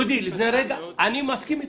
אני מסכים אתך.